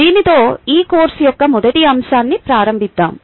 దీనితో ఈ కోర్సు యొక్క మొదటి అంశాన్ని ప్రారంభిద్దాం